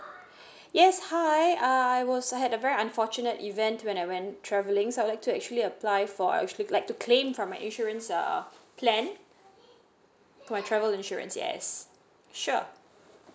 yes hi uh I was had a very unfortunate event when I went travelling so I would like to actually apply for I actually like to claim from my insurance uh plan my travel insurance yes sure